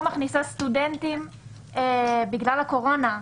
מכניסה סטודנטים בגלל הקורונה.